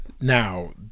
now